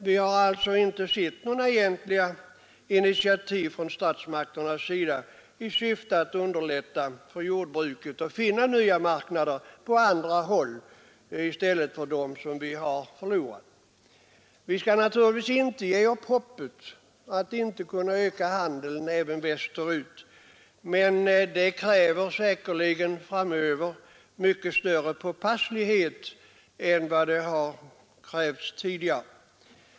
Vi har inte sett några egentliga initiativ från statsmakternas sida i syfte att underlätta för jordbruket att finna marknader på andra håll i stället för dem som vi har förlorat. Vi skall naturligtvis inte ge upp hoppet att kunna öka handeln även västerut, men det kräver säkerligen framöver mycket större påpasslighet än vad som krävts tidigare.